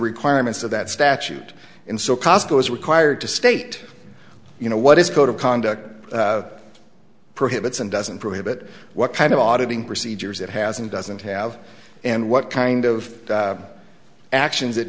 requirements of that statute and so cosco is required to state you know what his code of conduct prohibits and doesn't prohibit what kind of auditing procedures it hasn't doesn't have and what kind of actions